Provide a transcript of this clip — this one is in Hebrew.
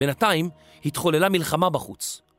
בינתיים התחוללה מלחמה בחוץ